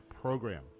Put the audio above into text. program